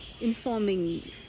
informing